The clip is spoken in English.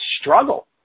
struggle